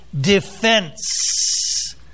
defense